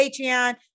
Patreon